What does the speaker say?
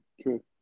true